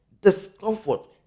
discomfort